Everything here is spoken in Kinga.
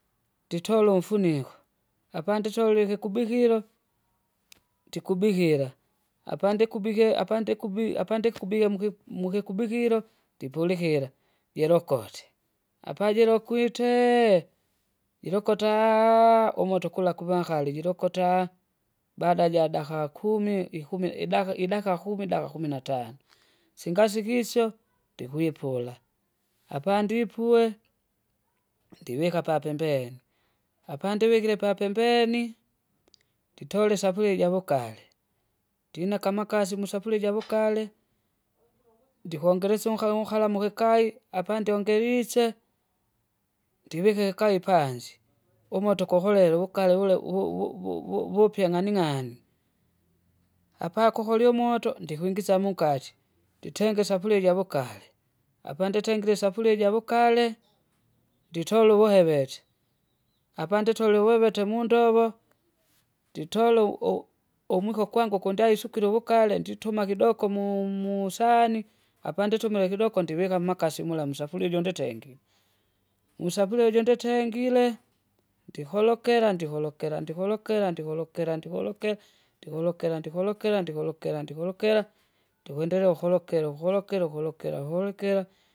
Nditole umfuniko, apanditolie ikikubikilo, ndikubihila, apandikige apandikubi apandikubie muki- mukikubikile, ndipulihile, jilokote, apajilokwitee! jilokotaa! umoto kula kuvakali jilokotaa, baada jadaka kumi ikumi- idaka- idaika kumi daika kumi na tano. singasikisyo, ndikwipula. Apandipue, ndivika papembeni, apandivikile papembeni, nditole isafuria ijavugale, ndinaka amakasi musafuria juvugale jikongelesya unkala unkala mukikai apandyongerisye, ndivike ikai panzi umoto kohulela uvukale wule vu- vu- vu- vu- vupya ng'anig'ani, apakuhulie umuto ndikwingisya munkati nditenge isafuria ijavukale, apanditengire isefuria javukale nditole uvuhevete apanditole uwewete mundovo, nditole u- u- umwiko kwangu koo ndaisukile uwukale ndituma ndituma kidoko mu- musani, apanditumile kidoko ndivika mmakasi mula musafuria ijo nditenge. Musafuria ijo nditengile, ndiholokera ndiholokera ndihorokera ndihorokera ndihoroke- ndihorokera ndihorokera ndihorokera ndihorokera, ndikwendelea ukulokera ukurokera ukurokera ukurokera.